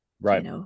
Right